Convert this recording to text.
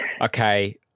okay